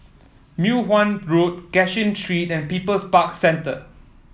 Mei Hwan Road Cashin Street and People's Park Centre